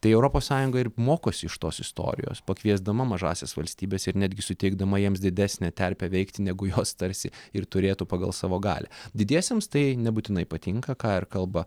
tai europos sąjunga ir mokosi iš tos istorijos pakviesdama mažąsias valstybes ir netgi suteikdama jiems didesnę terpę veikti negu jos tarsi ir turėtų pagal savo galią didiesiems tai nebūtinai patinka ką ir kalba